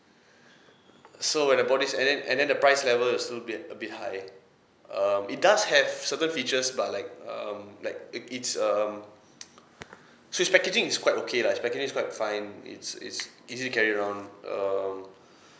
so when I bought this and then and then the price level still a bit a bit high um it does have certain features but like um like uh it's um so it's packaging is quite okay lah it's packaging is quite fine it's it's easy to carry around um